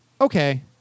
Okay